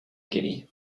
guinea